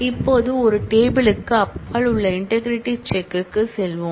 இப்போது ஒரு டேபிள் க்கு அப்பால் உள்ள இன்டெக்ரிடி செக் க்கு செல்வோம்